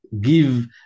give